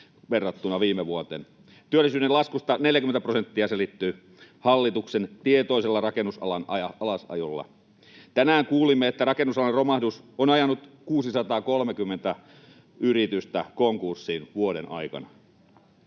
verrattuna viime vuoteen. Työllisyyden laskusta 40 prosenttia selittyy hallituksen tietoisella rakennusalan alasajolla. Tänään kuulimme, että rakennusalan romahdus on ajanut 630 yritystä konkurssiin vuoden aikana